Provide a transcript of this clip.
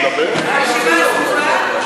הרשימה סגורה?